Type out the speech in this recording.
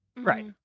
Right